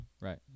Right